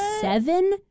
seven